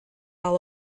all